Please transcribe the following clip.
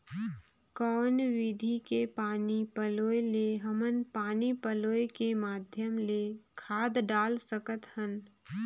कौन विधि के पानी पलोय ले हमन पानी पलोय के माध्यम ले खाद डाल सकत हन?